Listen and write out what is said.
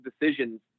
decisions